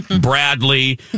Bradley